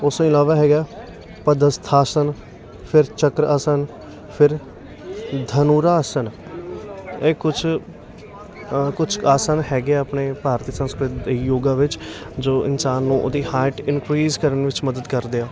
ਉਸ ਤੋਂ ਇਲਾਵਾ ਹੈਗਾ ਪਦਸਥਆਸਣ ਫਿਰ ਚਕਰਆਸਣ ਫਿਰ ਧਨੂਰਾਆਸਣ ਇਹ ਕੁਛ ਕੁਛ ਆਸਣ ਹੈਗੇ ਆ ਆਪਣੇ ਭਾਰਤੀ ਸੰਸਕ੍ਰਿਤ ਯੋਗਾ ਵਿੱਚ ਜੋ ਇਨਸਾਨ ਨੂੰ ਉਹਦੀ ਹਾਰਟ ਇਨਕਰੀਜ ਕਰਨ ਵਿੱਚ ਮਦਦ ਕਰਦੇ ਆ